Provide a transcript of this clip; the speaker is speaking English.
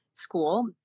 school